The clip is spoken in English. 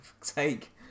Take